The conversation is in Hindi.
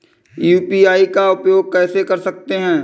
यू.पी.आई का उपयोग कैसे कर सकते हैं?